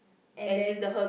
and then